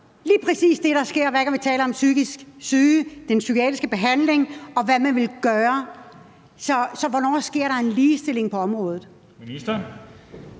lige præcis det, der sker, hver gang vi taler om psykisk syge, den psykiatriske behandling, og hvad man vil gøre. Så hvornår sker der en ligestilling på området? Kl.